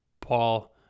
Paul